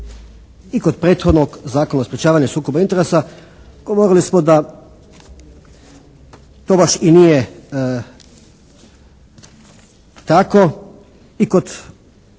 I kod prethodnog Zakona o sprječavanju sukoba interesa govorili smo da to baš i nije tako i kod Zakona o službenicima itd.,